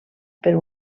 per